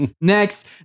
Next